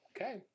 okay